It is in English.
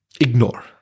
ignore